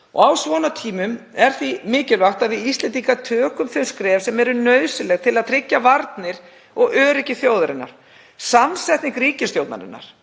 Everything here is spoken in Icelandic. Á svona tímum er því mikilvægt að við Íslendingar tökum þau skref sem eru nauðsynleg til að tryggja varnir og öryggi þjóðarinnar. Samsetning ríkisstjórnarinnar,